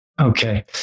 Okay